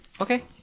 Okay